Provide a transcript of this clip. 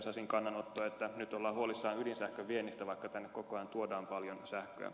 sasin kannanotto että nyt ollaan huolissaan ydinsähkön viennistä vaikka tänne koko ajan tuodaan paljon sähköä